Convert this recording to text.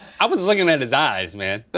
i was looking at his eyes, man.